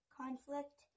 conflict